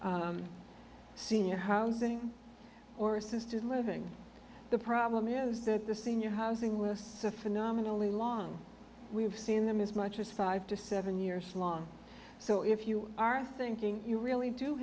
senior housing or assisted living the problem is that the senior housing lists a phenomenally long we have seen them as much as five to seven years long so if you are thinking you really do